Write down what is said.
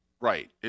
Right